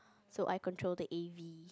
so I control the A_V